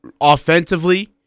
offensively